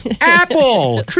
apple